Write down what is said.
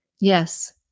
Yes